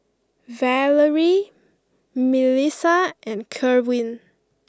Valery Milissa and Kerwin